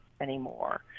anymore